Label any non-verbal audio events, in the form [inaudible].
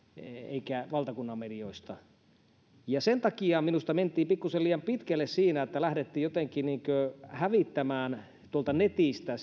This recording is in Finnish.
eikä valtakunnan medioista sen takia minusta mentiin pikkusen liian pitkälle siinä että lähdettiin jotenkin hävittämään tuolta netistä [unintelligible]